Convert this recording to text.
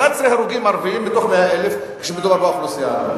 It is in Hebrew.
ו-11 הרוגים מתוך 100,000 כשמדובר באוכלוסייה הערבית.